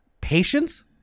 patience